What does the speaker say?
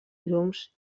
llums